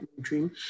dream